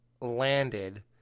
landed